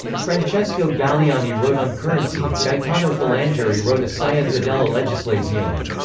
francesco galiani wrote on currency gaetano filangieri wrote a scienza della legislazione.